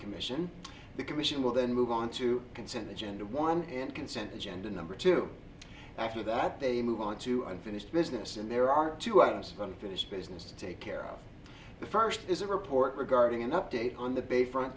commission the commission will then move on to consent agenda one and consent agenda number two after that they move on to unfinished business and there are two items from for this business to take care of the first is a report regarding an update on the bay front